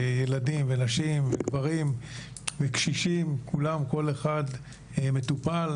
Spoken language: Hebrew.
שילדים ונשים וגברים וקשישים, כולם, כל אחד מטופל.